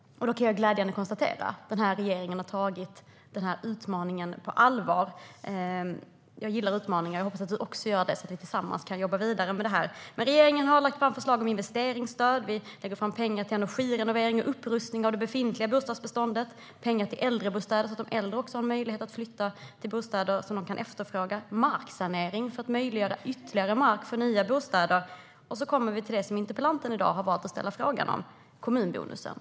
Jag kan glädjande nog konstatera att regeringen har tagit utmaningen på allvar. Jag gillar utmaningar, och jag hoppas att även Peter Eriksson gör det så att vi tillsammans kan jobba vidare med detta. Regeringen har lagt fram förslag om investeringsstöd. Vi lägger pengar på energirenovering och upprustning av det befintliga bostadsbeståndet. Vi lägger pengar på äldrebostäder så att de äldre har möjlighet att flytta till bostäder de efterfrågar. Vi lägger pengar på marksanering för att möjliggöra ytterligare mark för nya bostäder. Sedan kommer vi till det interpellanten har valt att fråga om, nämligen kommunbonusen.